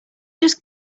just